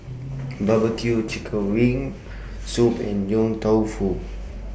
Barbecue Chicken Wings Herbal Soup and Yong Tau Foo